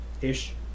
ish